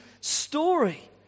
story